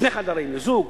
שני חדרים לזוג,